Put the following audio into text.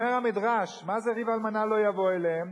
אומר המדרש, מה זה "ריב אלמנה לא יבוא אליהם"?